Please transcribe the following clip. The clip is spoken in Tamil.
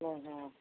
ம் ஹும்